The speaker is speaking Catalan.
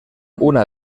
una